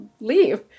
leave